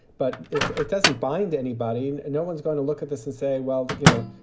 but it it doesn't bind anybody. and and no one's going to look at this and say, well, you know,